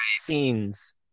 scenes